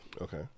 Okay